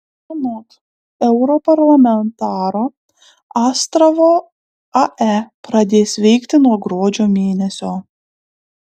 anot europarlamentaro astravo ae pradės veikti nuo gruodžio mėnesio